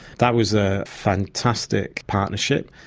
that was a fantastic partnership,